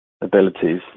abilities